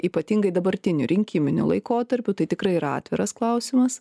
ypatingai dabartiniu rinkiminiu laikotarpiu tai tikrai yra atviras klausimas